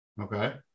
Okay